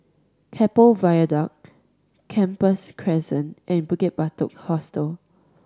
Keppel Viaduct Gambas Crescent and Bukit Batok Hostel